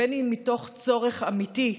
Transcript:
אם מתוך צורך אמיתי,